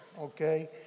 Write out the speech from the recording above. okay